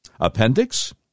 appendix